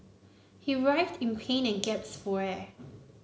he writhed in pain and gasped for air